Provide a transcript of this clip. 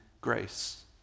grace